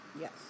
Yes